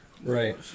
Right